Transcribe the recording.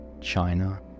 China